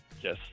yes